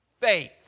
faith